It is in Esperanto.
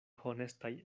honestaj